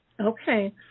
Okay